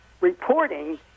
reporting